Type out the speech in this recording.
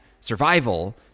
survival